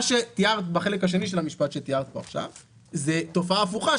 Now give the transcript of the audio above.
מה שתיארת בחלק השני של המשפט שתיארת פה עכשיו זה תופעה הפוכה,